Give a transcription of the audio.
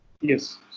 yes